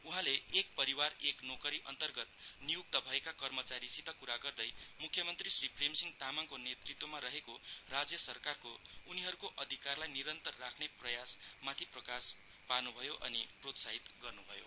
उहाँले एक परिवार एक नोकरीअन्तर्गत नियुक्त भएका कर्मचारीसित कुरा गर्दै मुख्यमन्त्री श्री प्रेमसिंह तामाङको नेतृत्वमा रहेको राज्य सरकारको उनीहरूको अधिकारलाई निरन्तर राखे प्रयास माथि प्रकाश पार्नु भयो अनि प्रोत्साहित गर्नु भयो